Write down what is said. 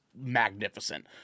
magnificent